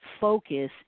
focus